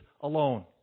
alone